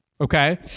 Okay